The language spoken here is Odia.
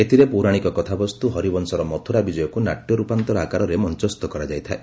ଏଥିରେ ପୌରାଣିକ କଥାବସ୍ତୁ ହରିବଂଶର ମଥୁରା ବିଜୟକୁ ନାଟ୍ୟ ରୂପାନ୍ତର ଆକାରରେ ମଞସ୍ଷୁ କରାଯାଇଥାଏ